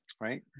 right